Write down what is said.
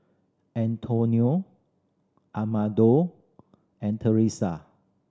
Antonio Amado and Teressa